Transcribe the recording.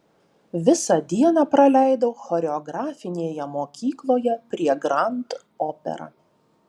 visą dieną praleidau choreografinėje mokykloje prie grand opera